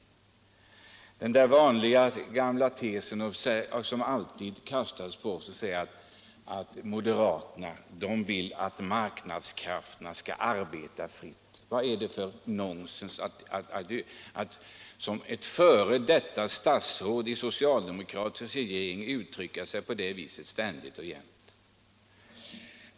Herr Lundkvist drar den vanliga gamla tesen som alltid kastas på oss, nämligen att moderaterna vill att marknadskrafterna skall arbeta fritt. Vad är det för nonsens från ett f. d. statsråd i en socialdemokratisk regering? Varför uttrycka sig på det sättet ständigt och jämt?